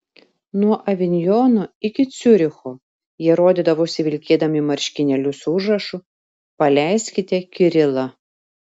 nuo avinjono iki ciuricho jie rodydavosi vilkėdami marškinėlius su užrašu paleiskite kirilą